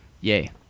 yay